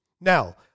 Now